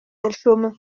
delchaume